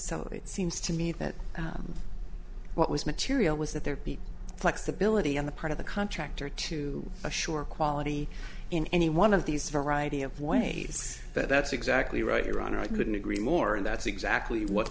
sell it seems to me that what was material was that there be flexibility on the part of the contractor to assure quality in any one of these variety of ways but that's exactly right your honor i couldn't agree more and that's exactly what